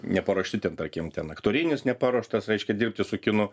neparuošti ten tarkim ten aktorinis neparuoštas reiškia dirbti su kinu